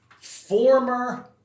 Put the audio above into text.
former